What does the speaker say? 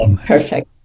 Perfect